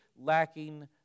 lacking